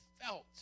felt